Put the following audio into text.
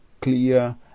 clear